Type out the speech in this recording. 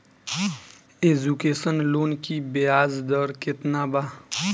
Education loan की ब्याज दर केतना बा?